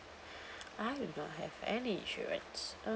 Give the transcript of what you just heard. I do not have any insurance uh